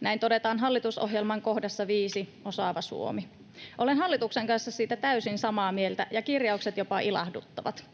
Näin todetaan hallitusohjelman kohdassa 5, Osaava Suomi. Olen hallituksen kanssa siitä täysin samaa mieltä, ja kirjaukset jopa ilahduttavat.